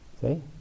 see